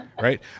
Right